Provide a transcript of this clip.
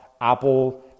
apple